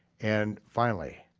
and finally,